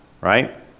right